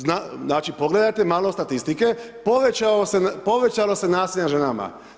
Znači pogledajte malo statistike, povećalo se nasilje nad ženama.